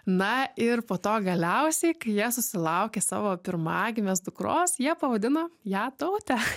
na ir po to galiausiai jie susilaukė savo pirmagimės dukros jie pavadino ją taute